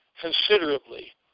considerably